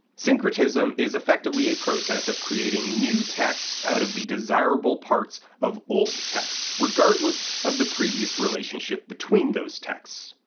syncretism is effectively a process of creating new texts out of the desirable parts of old texts, regardless of the previous relationship between those texts.